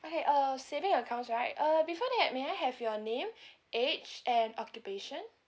okay uh saving accounts right uh before that may I have your name age and occupation